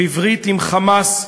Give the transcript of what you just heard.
בברית עם "חמאס",